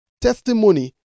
testimony